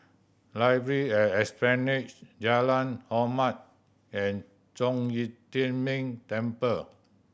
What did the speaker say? Library at Esplanade Jalan Hormat and Zhong Yi Tian Ming Temple